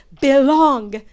belong